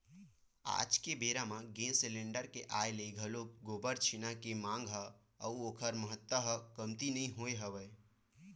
आज के बेरा म गेंस सिलेंडर के आय ले घलोक गोबर छेना के मांग ह अउ ओखर महत्ता ह कमती नइ होय हवय